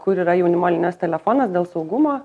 kur yra jaunimo linijos telefonas dėl saugumo